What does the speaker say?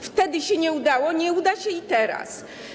Wtedy się nie udało, nie uda się i teraz.